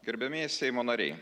gerbiamieji seimo nariai